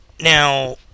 Now